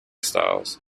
styles